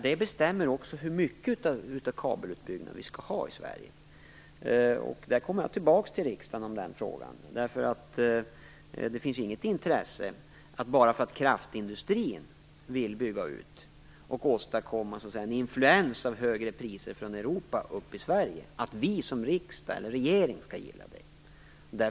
Det bestämmer hur mycket av kabelutbyggnad vi skall ha i Sverige. Jag återkommer till riksdagen i den frågan. Bara för att kraftindustrin vill bygga ut och åstadkomma en influens av högre priser från Europa, finns det ingen anledning att vi som riksdag eller regering skall gilla det.